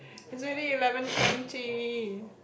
is already eleven twenty